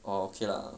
orh okay lah